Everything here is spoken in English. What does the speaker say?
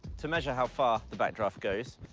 to measure how far the backdraft goes,